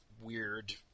weird